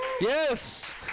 Yes